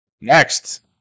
Next